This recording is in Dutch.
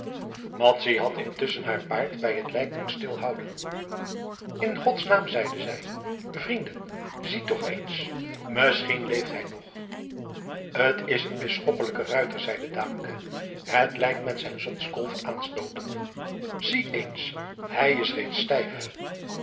madzy had intusschen haar paard bij het lijk doen stilhouden in gods naam zeide zij vrienden ziet toch eens misschien leeft hij nog t is een bisschoppelijke ruiter zeide daamke het lijk met zijn zotskolf aanstootende zie eens hij is reeds stijf